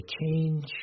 change